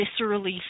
viscerally